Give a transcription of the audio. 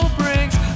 brings